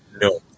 no